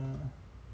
mm